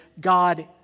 God